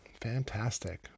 Fantastic